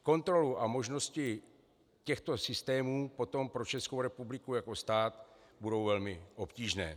Kontroly a možnosti těchto systémů potom pro Českou republiku jako stát budou velmi obtížné.